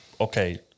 okay